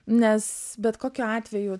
nes bet kokiu atveju